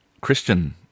Christian